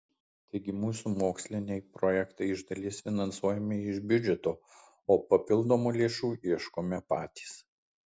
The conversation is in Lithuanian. taigi mūsų moksliniai projektai iš dalies finansuojami iš biudžeto o papildomų lėšų ieškome patys